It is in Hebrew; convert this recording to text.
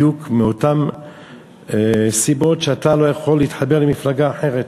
בדיוק מאותן סיבות שאתה לא יכול להתחבר למפלגה אחרת.